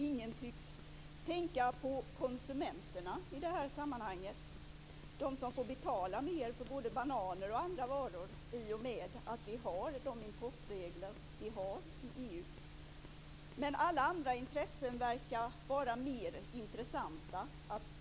Ingen tycks tänka på konsumenterna i det här sammanhanget - de som får betala mer för både bananer och andra varor i och med att vi har de importregler vi har i EU. Alla andra intressen verkar vara viktigare att ta till vara än konsumenternas.